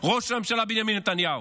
ראש הממשלה בנימין נתניהו.